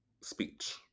speech